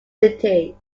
city